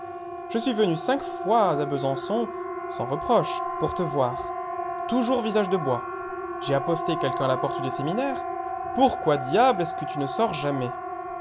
je suis venu cinq fois à besançon sans reproche pour te voir toujours visage de bois j'ai aposté quelqu'un à la porte du séminaire pourquoi diable est-ce que tu ne sors jamais